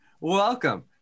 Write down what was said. Welcome